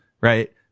right